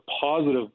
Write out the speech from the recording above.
positive